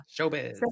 Showbiz